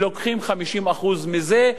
ולוקחים 50% מזה.